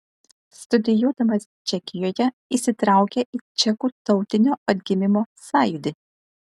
studijuodamas čekijoje įsitraukė į čekų tautinio atgimimo sąjūdį